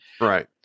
Right